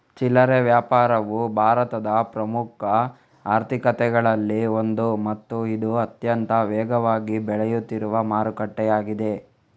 ಚಿಲ್ಲರೆ ವ್ಯಾಪಾರವು ಭಾರತದ ಪ್ರಮುಖ ಆರ್ಥಿಕತೆಗಳಲ್ಲಿ ಒಂದು ಮತ್ತು ಇದು ಅತ್ಯಂತ ವೇಗವಾಗಿ ಬೆಳೆಯುತ್ತಿರುವ ಮಾರುಕಟ್ಟೆಯಾಗಿದೆ